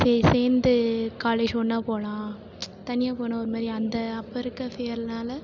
சே சேர்ந்து காலேஜ் ஒன்றா போகலாம் தனியாக போனால் ஒருமாதிரி அந்த அப்போ இருக்கற ஃபியர்னால்